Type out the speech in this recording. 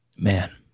Man